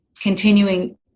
continuing